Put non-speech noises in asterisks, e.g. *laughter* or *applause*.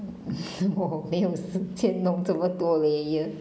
*noise* 我没有时间弄这么多 layer